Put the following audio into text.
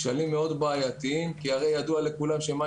שכן ידוע לכולם שמים